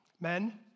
Men